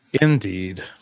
Indeed